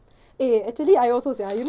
eh actually I also sia you know